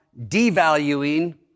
devaluing